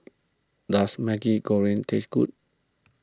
does Maggi Goreng taste good